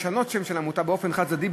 לשנות שם של עמותה באופן חד-צדדי,